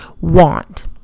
want